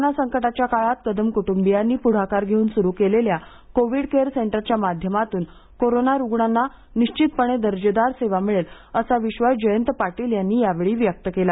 corona संकटाच्या काळात कदम कुटुंबीयांनी पुढाकार घेऊन सुरु केलेल्या कोविड केअर सेंटरच्या माध्यमातून कोरोना बाधित रुग्णांना निश्वितपणे दर्जेदार सेवा मिळेल असा विश्वास जयंत पाटील यांनी यावेळी व्यक्त केला